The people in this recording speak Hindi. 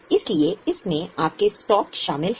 इसलिए इसमें आपके स्टॉक शामिल हैं